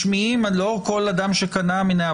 משמיעים לא כל אדם שקנה מניה,